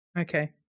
Okay